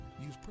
Use